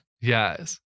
Yes